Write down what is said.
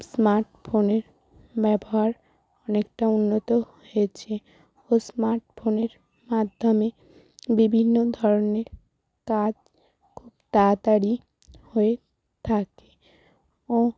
smart ফোনের ব্যবহার অনেকটা উন্নত হয়েছে ও স্মার্ট ফোনের মাধ্যমে বিভিন্ন ধরনের কাজ খুব তাড়াতাড়ি হয়ে থাকে ও